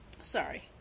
sorry